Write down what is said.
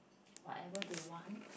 whatever they want